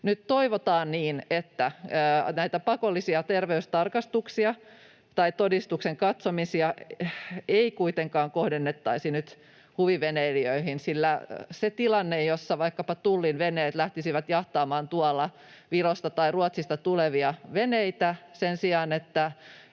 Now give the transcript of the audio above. toivotaan niin, että näitä pakollisia terveystarkastuksia tai todistuksen katsomisia ei kuitenkaan kohdennettaisi huviveneilijöihin, etteivät vaikkapa Tullin veneet lähtisi tuolla jahtaamaan Virosta tai Ruotsista tulevia veneitä sen sijaan,